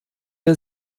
ihr